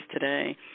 today